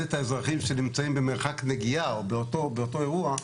את האזרחים שנמצאים במרחק נגיעה או באותו אירוע,